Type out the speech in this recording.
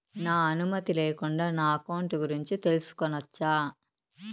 నా అనుమతి లేకుండా నా అకౌంట్ గురించి తెలుసుకొనొచ్చా?